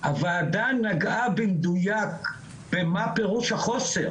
הוועדה נגעה במדויק במה פירוש החוסר